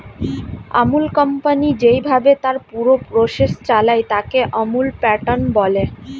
আমূল company যেইভাবে তার পুরো প্রসেস চালায়, তাকে আমূল প্যাটার্ন বলে